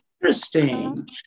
Interesting